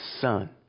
Son